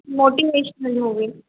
motivational movie